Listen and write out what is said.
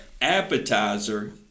appetizer